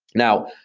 now,